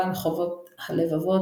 בעל חובות הלבבות,